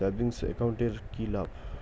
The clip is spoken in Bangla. সেভিংস একাউন্ট এর কি লাভ?